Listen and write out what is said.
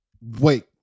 Wait